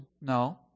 no